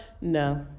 No